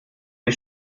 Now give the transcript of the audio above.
ihr